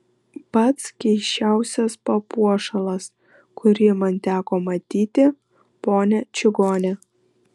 pats keisčiausias papuošalas kurį man teko matyti ponia čigone